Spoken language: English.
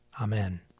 Amen